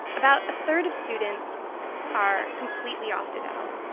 about a third of students are completely opted out.